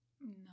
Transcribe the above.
No